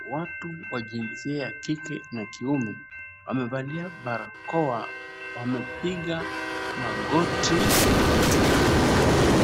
Watu wa jinsia ya kike na kiume wamevalia barakoa. Wamepiga magoti